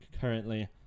Currently